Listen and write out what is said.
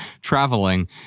traveling